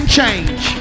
change